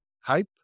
hype